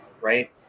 right